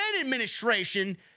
administration